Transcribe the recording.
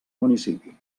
municipi